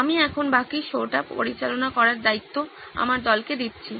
আমি এখানে বাকি শোটা পরিচালনা করার দায়িত্ব আমার দলকে দিচ্ছি